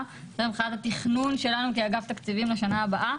ומבחינת התכנון שלנו כאגף תקציבים לשנה הבאה,